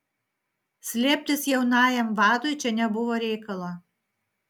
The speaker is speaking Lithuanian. slėptis jaunajam vadui čia nebuvo reikalo